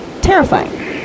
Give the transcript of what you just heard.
terrifying